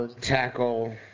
Tackle